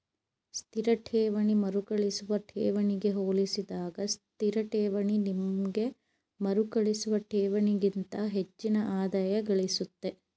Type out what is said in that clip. ಸ್ಥಿರ ಠೇವಣಿ ಮರುಕಳಿಸುವ ಠೇವಣಿಗೆ ಹೋಲಿಸಿದಾಗ ಸ್ಥಿರಠೇವಣಿ ನಿಮ್ಗೆ ಮರುಕಳಿಸುವ ಠೇವಣಿಗಿಂತ ಹೆಚ್ಚಿನ ಆದಾಯಗಳಿಸುತ್ತೆ